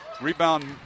Rebound